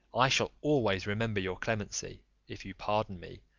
i shall always remember your clemency, if you pardon me,